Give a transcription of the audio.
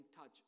touch